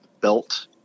belt